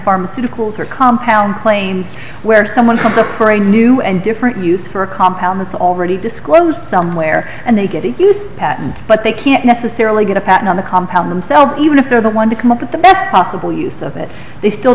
pharmaceuticals or compound plains where someone from the for a new and different use for a compound with already disclosed somewhere and they get a use patent but they can't necessarily get a patent on the compound themselves even if they're the one to come up with the best possible use of it they still